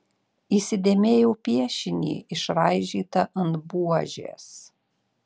įsidėmėjau piešinį išraižytą ant buožės